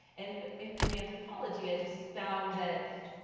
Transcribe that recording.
and in anthropology i just found that,